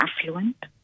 affluent